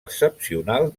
excepcional